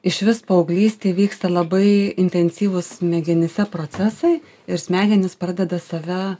išvis paauglystėj vyksta labai intensyvūs smegenyse procesai ir smegenys pradeda save